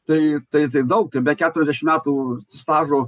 tai tai s daug tai be keturiasdešim metų stažo